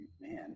Man